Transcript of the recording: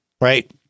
Right